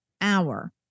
hour